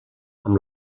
amb